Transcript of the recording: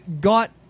got